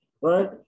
right